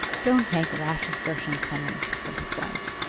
don't make rash assertions, henry, said his wife.